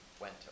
went